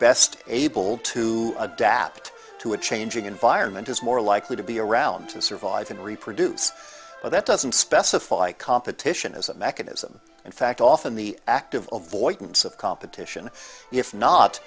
best able to adapt to a changing environment is more likely to be around to survive and reproduce but that doesn't specify competition is a mechanism in fact often the act of avoidance of competition if not